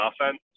offense